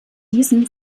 diesem